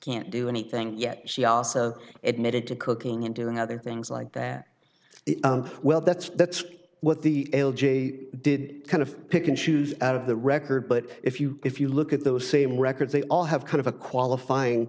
can't do anything yet she also admitted to cooking and doing other things like that well that's that's what the l j did kind of pick and choose out of the record but if you if you look at those same records they all have kind of a qualifying